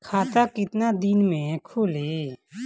खाता कितना दिन में खुलि?